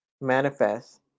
manifest